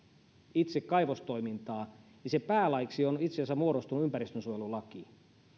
itse kaivostoimintaa niin sen päälaiksi on itse asiassa muodostunut ympäristönsuojelulaki